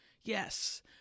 yes